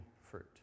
fruit